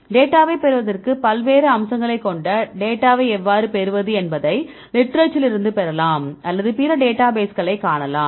டேட்டாவைப் பெறுவதற்கு பல்வேறு அம்சங்களைப் கொண்ட டேட்டாவை எவ்வாறு பெறுவது என்பதை லிட்ரேச்சரிலிருந்து பெறலாம் அல்லது பிற டேட்டாபேஸ்களைக் காணலாம்